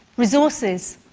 resources.